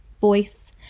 voice